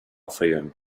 fayoum